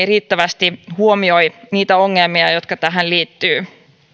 riittävästi huomioi niitä ongelmia jotka tähän liittyvät